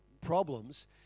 problems